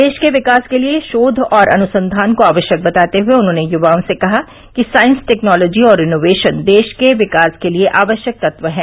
देश के विकास के लिए शोव और अनसंघान को आवश्यक बताते हुए उन्होंने यवाओं से कहा कि साइंस टेक्नॉलाजी और इनोवेशन देश के विकास के लिए आवश्यक तत्व है